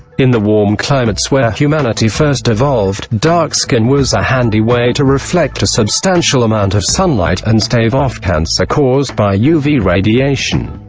in the warm climates where humanity first evolved, dark skin was a handy way to reflect a substantial amount of sunlight, and stave off cancer caused by uv radiation.